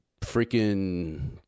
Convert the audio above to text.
freaking